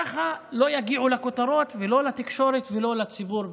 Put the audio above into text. ככה הם לא יגיעו לכותרות ולא לתקשורת ולא לציבור בישראל.